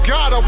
God